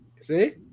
See